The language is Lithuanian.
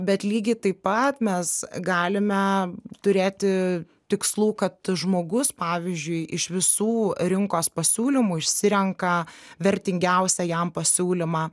bet lygiai taip pat mes galime turėti tikslų kad žmogus pavyzdžiui iš visų rinkos pasiūlymų išsirenka vertingiausią jam pasiūlymą